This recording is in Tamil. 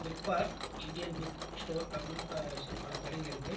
book park Indian book store அப்படின்னு ப சி பல கடைங்கள் இருக்கு